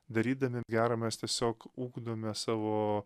darydami gera mes tiesiog ugdome savo